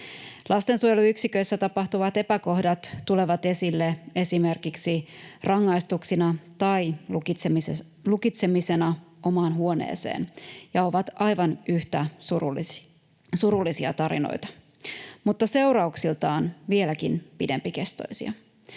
Lastensuojeluyksiköissä tapahtuvat epäkohdat tulevat esille esimerkiksi rangaistuksina tai lukitsemisena omaan huoneeseen ja ovat aivan yhtä surullisia tarinoita — mutta seurauksiltaan vieläkin pidempikestoisia.